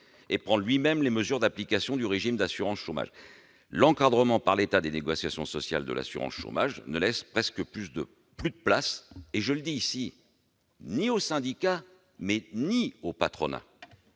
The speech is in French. et prendre lui-même les mesures d'application du régime d'assurance chômage. L'encadrement par l'État des négociations sociales de l'assurance chômage ne laisse presque plus de place aux syndicats et au patronat.